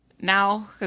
now